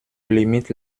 limite